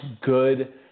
good